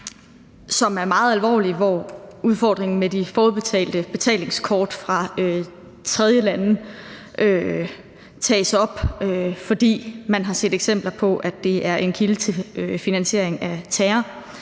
som er meget alvorlig, hvor udfordringen med de forudbetalte betalingskort fra tredjelande tages op, fordi man har set eksempler på, at det er en kilde til finansiering af terror.